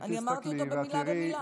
אני אמרתי אותו מילה במילה.